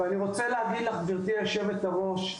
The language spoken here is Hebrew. גברתי היושבת-ראש,